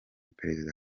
perezida